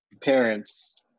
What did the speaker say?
parents